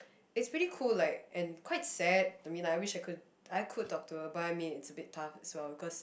is pretty cool like and quite sad I mean like I wish I could I could talk to her but I mean it's a bit tough so cause